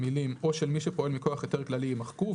המילים "או של מי שפועל מכוח היתר כללי" יימחקו,